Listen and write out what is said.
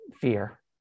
fear